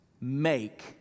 make